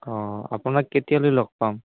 অঁ আপোনাক কেতিয়ালৈ লগ পাম